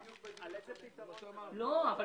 לא הלוואה.